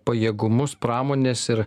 pajėgumus pramonės ir